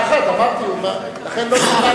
אני לא נכנס